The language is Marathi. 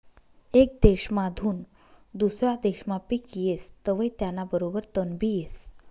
येक देसमाधून दुसरा देसमा पिक येस तवंय त्याना बरोबर तणबी येस